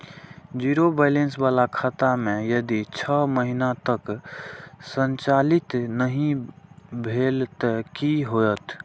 Zero balance बाला खाता में यदि छः महीना तक संचालित नहीं भेल ते कि होयत?